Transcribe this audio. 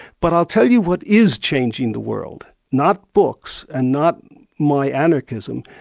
but i'll tell you what is changing the world, not books and not my anarchism,